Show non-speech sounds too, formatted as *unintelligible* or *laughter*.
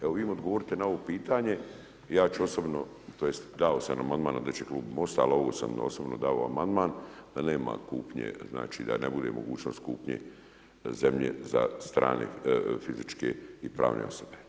Evo, vi mi odgovorite na ovo pitanje i ja ću osobno, tj. dao sam amandman … *unintelligible* Klub Mosta ali ovo sam osobno dao amandman, da nema kupnje, znači, da ne bude mogućnost kupnje zemlje za strane fizičke i pravne osobe.